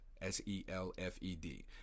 S-E-L-F-E-D